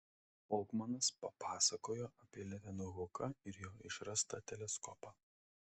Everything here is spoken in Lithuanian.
folkmanas papasakojo apie levenhuką ir jo išrastą teleskopą